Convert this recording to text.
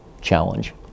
challenge